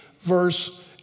verse